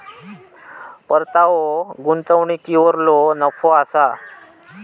परतावो ह्यो गुंतवणुकीवरलो नफो असा